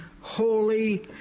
holy